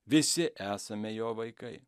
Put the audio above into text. visi esame jo vaikai